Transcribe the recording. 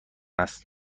است